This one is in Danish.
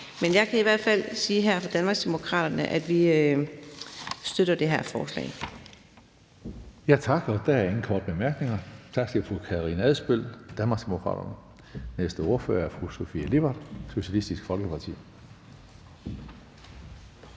Men jeg kan i hvert fald sige her fra Danmarksdemokraterne, at vi støtter det her forslag.